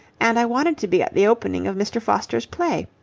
and i wanted to be at the opening of mr. foster's play.